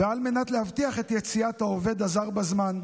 ועל מנת להבטיח את יציאת העובד הזר בזמן,